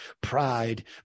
pride